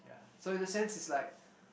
so in a sense it's like